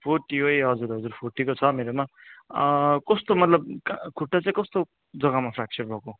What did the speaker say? forty हो ए हजुर हजुर फोर्टी त छ मेरोमा कस्तो मतलब का खुट्टा चाहिँ कस्तो जग्गामा फ्याकचर भएको